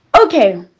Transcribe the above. okay